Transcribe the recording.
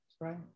Right